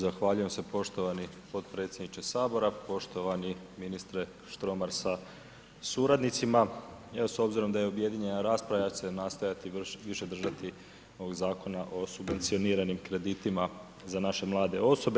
Zahvaljujem se poštovani predsjedniče HS, poštovani ministre Štromar sa suradnicima, evo s obzirom da je objedinjena rasprava ja ću se nastojati više držati ovog Zakona o subvencioniranim kreditima za naše mlade osobe.